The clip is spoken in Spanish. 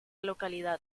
localidad